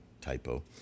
typo